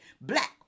Black